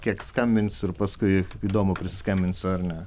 kiek skambinsiu ir paskui įdomu prisiskambinsiu ar ne